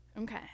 Okay